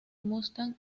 mustang